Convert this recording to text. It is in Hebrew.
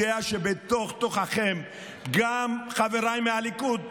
כי אני יודע שבתוך-תוככם גם חבריי מהליכוד נגד.